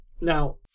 Now